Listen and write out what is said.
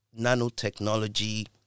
nanotechnology